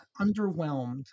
underwhelmed